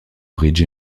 bridge